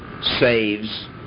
saves